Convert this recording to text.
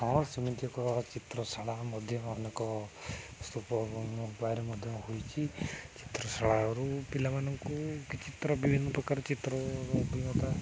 ହଁ ସେମିତି ଏକ ଚିତ୍ରଶାଳା ମଧ୍ୟ ଅନେକ ସ୍ତୁପ ଉପାୟରେ ମଧ୍ୟ ହୋଇଛି ଚିତ୍ରଶାଳାରୁ ପିଲାମାନଙ୍କୁ କିଛି ଚିତ୍ର ବିଭିନ୍ନ ପ୍ରକାର ଚିତ୍ର ଅଭିଜ୍ଞତା